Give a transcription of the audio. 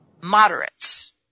moderates